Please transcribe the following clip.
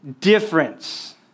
difference